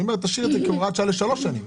תשאיר את זה כהוראת שעה לשלוש שנים,